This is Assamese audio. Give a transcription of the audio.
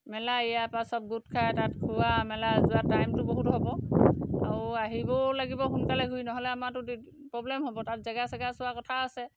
মেলা ইয়াৰপৰা চব গোট খাই তাত খোৱা মেলা যোৱা টাইমটো বহুত হ'ব আৰু আহিবও লাগিব সোনকালে ঘূৰি নহ'লে আমাৰতো প্ৰব্লেম হ'ব তাত জেগা চেগা চোৱা কথা আছে